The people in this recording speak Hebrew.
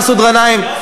מסעוד גנאים.